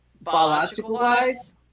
biological-wise